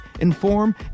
inform